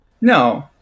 No